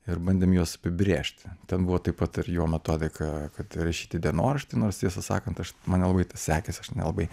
ir bandėm juos apibrėžti ten buvo taip pat ir jo metodika kad rašyti dienoraštį nors tiesą sakant aš man nelabai tas sekėsi aš nelabai